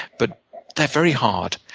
but they're very hard.